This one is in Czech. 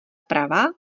pravá